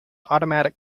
automatic